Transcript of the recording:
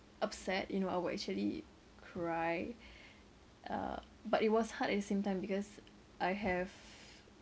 upset you know I would actually cry uh but it was hard at the same time because I have